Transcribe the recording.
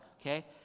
okay